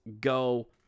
go